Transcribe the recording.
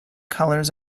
colors